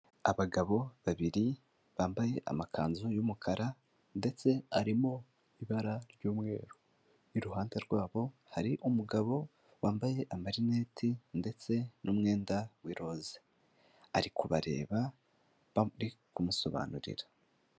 Abagabo babiri bambaye amakanzu y'umukara ndetse arimo ibara ry'umweru, iruhande rwabo hari umugabo wambaye amarinete ndetse n'umwenda w'iroze ari kubareba bari kumusobanurira.